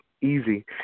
easy